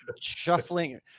shuffling